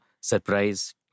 surprise